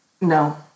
No